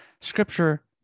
Scripture